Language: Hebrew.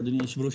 אדוני היושב-ראש,